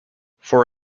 for